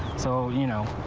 so you know.